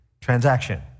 transaction